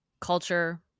culture